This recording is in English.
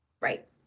Right